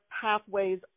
pathways